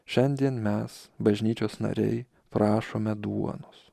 šiandien mes bažnyčios nariai prašome duonos